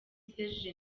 serge